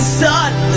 sun